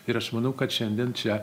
ir aš manau kad šiandien čia